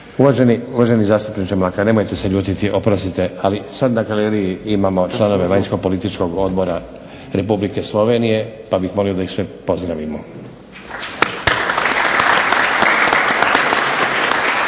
Uvaženi zastupniče Mlakar nemojte se ljutiti, oprostite, ali sada na galeriji imamo članove Vanjskopolitičkog odbora Republike Slovenije pa bih molio da ih sve pozdravimo.